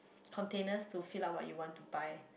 containers to fill up what you want to buy